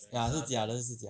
ya 都是假的是假的